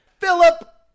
Philip